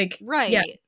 Right